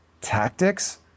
tactics